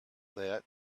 that